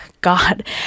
God